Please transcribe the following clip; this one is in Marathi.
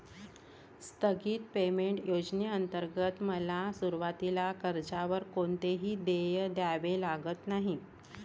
स्थगित पेमेंट योजनेंतर्गत मला सुरुवातीला कर्जावर कोणतेही देय द्यावे लागले नाही